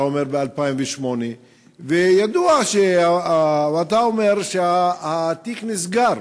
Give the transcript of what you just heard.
אתה אמרת 2008. אתה אומר שהתיק נסגר.